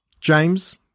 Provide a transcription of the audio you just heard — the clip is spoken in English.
James